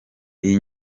iyi